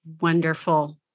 Wonderful